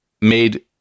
made